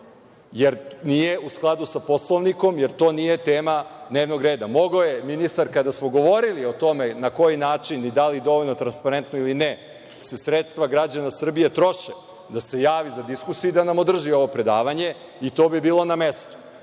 jer nije u skladu sa Poslovnikom, jer to nije tema dnevnog reda. Mogao je ministar kada smo govorili o tome na koji način i da li se dovoljno transparentno ili ne sredstva građana Srbije troše, da se javi za diskusiju i da nam održi ovo predavanje, i to bi bilo na mestu.